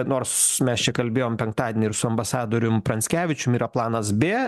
nors mes čia kalbėjom penktadienį ir su ambasadorium pranckevičium yra planas b